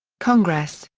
congress,